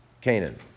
Canaan